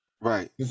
Right